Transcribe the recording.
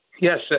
Yes